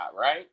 right